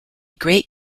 great